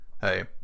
hey